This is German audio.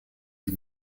die